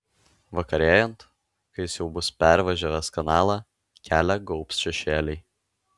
vakarėjant kai jis jau bus pervažiavęs kanalą kelią gaubs šešėliai